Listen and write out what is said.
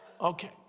Okay